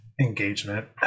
engagement